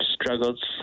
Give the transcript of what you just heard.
struggles